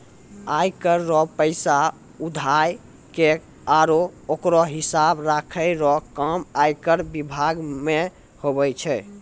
आय कर रो पैसा उघाय के आरो ओकरो हिसाब राखै रो काम आयकर बिभाग मे हुवै छै